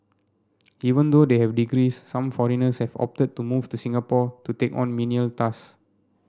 even though they have degrees some foreigners have opted to move to Singapore to take on menial task